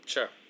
Sure